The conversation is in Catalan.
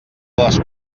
les